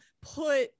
put